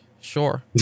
Sure